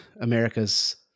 America's